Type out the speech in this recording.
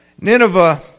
Nineveh